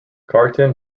cartan